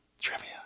trivia